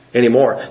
anymore